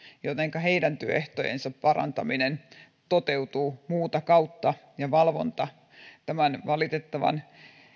jotenka heidän työehtojensa parantaminen ja valvonta toteutuu muuta kautta tämän valitettavan